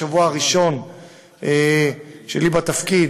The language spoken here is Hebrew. בשבוע הראשון שלי בתפקיד